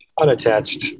unattached